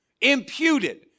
imputed